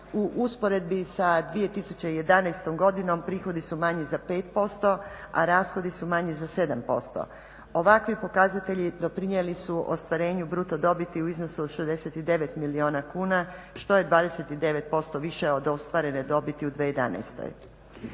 u usporedbi sa 2011.godinom prihodi su manji za 5%, a rashodi su manji za 7%. Ovakvi pokazatelji doprinijeli su ostvarenju bruto dobiti u iznosu od 69 milijuna kuna što je 29% više od ostvarene dobiti u 2011.